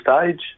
stage